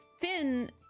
Finn